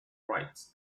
rights